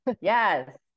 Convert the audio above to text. Yes